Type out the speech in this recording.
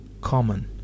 common